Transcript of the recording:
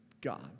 God